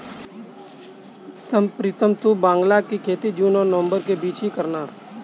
प्रीतम तुम बांग्ला की खेती जून और नवंबर के बीच में ही करना